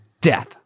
Death